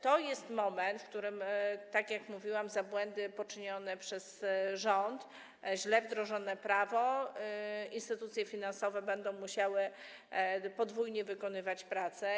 To jest moment, w którym, tak jak mówiłam, z powodu błędów poczynionych przez rząd, źle wdrożonego prawa instytucje finansowe będą musiały podwójnie wykonywać pracę.